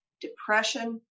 depression